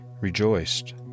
rejoiced